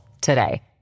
today